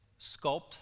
sculpt